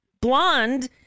blonde